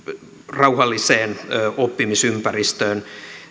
rauhalliseen oppimisympäristöön